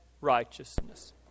righteousness